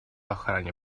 охране